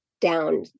down